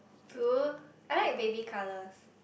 tour I like baby colours